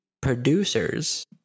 producers